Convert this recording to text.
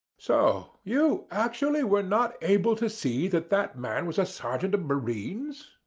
so you actually were not able to see that that man was a sergeant of marines?